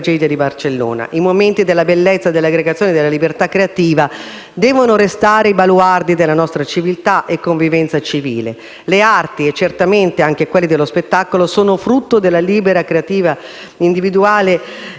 I momenti della bellezza, dell'aggregazione, della libertà creativa devono restare i baluardi della nostra civiltà e convivenza civile. Le arti, e certamente anche quelle dello spettacolo, sono frutto della libertà creativa individuale